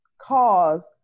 cause